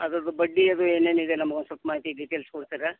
ಅದರ್ದು ಬಡ್ಡಿ ಅದು ಏನೇನು ಇದೆ ನಮಗೆ ಒಂದು ಸ್ವಲ್ಪ ಮಾಹಿತಿ ಡಿಟೇಲ್ಸ್ ಕೊಡ್ತೀರಾ